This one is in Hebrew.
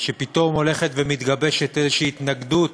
שפתאום הולכת ומתגבשת איזו התנגדות